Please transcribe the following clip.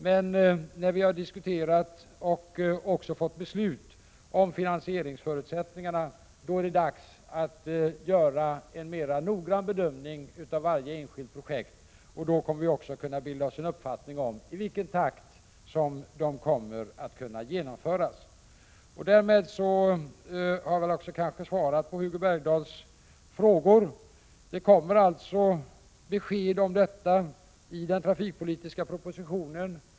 Men när vi har diskuterat och beslutat om finansieringsförutsättningarna, är det dags att göra en mera noggrann bedömning av varje enskilt projekt. Vi kommer då också att kunna bilda oss en uppfattning om i vilken takt dessa kommer att kunna genomföras. Därmed har jag kanske också svarat på Hugo Bergdahls frågor. Det kommer alltså besked om detta i den trafikpolitiska propositionen.